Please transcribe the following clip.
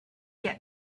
get